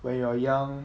when you are young